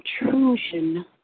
intrusion